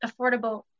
affordable